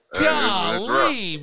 golly